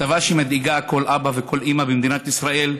כתבה שמדאיגה כל אבא וכל אימא במדינת ישראל,